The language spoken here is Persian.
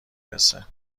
رسه